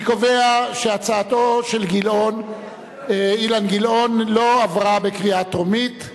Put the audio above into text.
אני קובע שהצעתו של אילן גילאון לא עברה בקריאה טרומית,